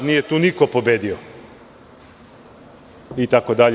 Nije tu niko pobedio itd.